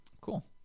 Cool